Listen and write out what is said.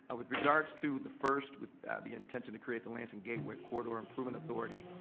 ah with regards to the first with the intention to create the lansing gateway corridor improvement authority,